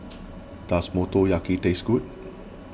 does Motoyaki taste good